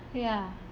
ya